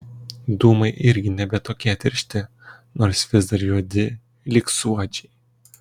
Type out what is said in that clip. dūmai irgi nebe tokie tiršti nors vis dar juodi lyg suodžiai